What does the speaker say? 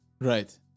Right